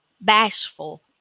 bashful